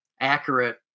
accurate